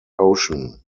ocean